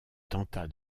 tenta